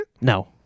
No